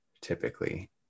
typically